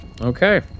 Okay